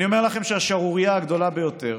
אני אומר לכם שהשערורייה הגדולה ביותר